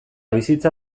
bizitza